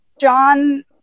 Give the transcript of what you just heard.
John